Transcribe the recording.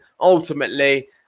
ultimately